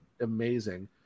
amazing